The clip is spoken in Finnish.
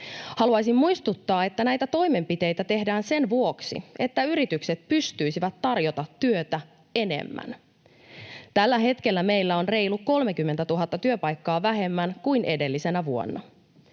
Haluaisin muistuttaa, että näitä toimenpiteitä tehdään sen vuoksi, että yritykset pystyisivät tarjoamaan työtä enemmän. Tällä hetkellä meillä on reilut 30 000 työpaikkaa vähemmän kuin edellisenä vuonna.